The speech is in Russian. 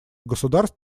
государств